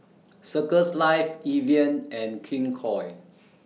Circles Life Evian and King Koil